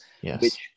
Yes